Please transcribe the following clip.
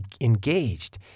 engaged